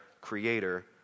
creator